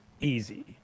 Easy